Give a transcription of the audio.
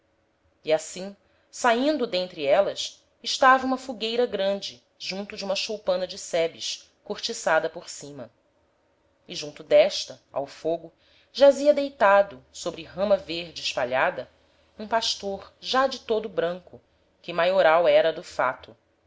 e assim saindo d'entre élas estava uma fogueira grande junto de uma choupana de sebes cortiçada por cima e junto d'esta ao fogo jazia deitado sobre rama verde espalhada um pastor já de todo branco que maioral era do fato